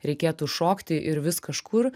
reikėtų šokti ir vis kažkur